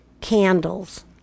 candles